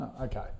okay